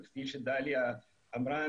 וכפי שדליה אמרה,